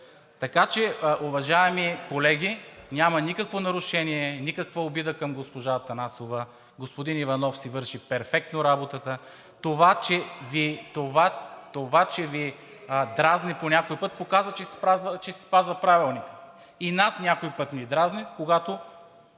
знае. Уважаеми колеги, няма никакво нарушение, никаква обида към госпожа Атанасова. Господин Иванов си върши перфектно работата. Това, че Ви дразни по някой път, показва, че си спазва Правилника. И нас някой път ни дразни, когато